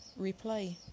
replay